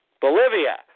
Bolivia